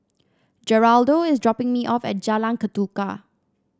Geraldo is dropping me off at Jalan Ketuka